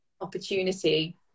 opportunity